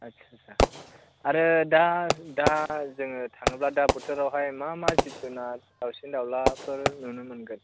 आथसा आथसा आरो दा दा जोङो थाङोब्ला दा बोथोरावहाय मा मा जिब जुनार दावसिन दावलाफोर नुनो मोनगोन